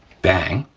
bang,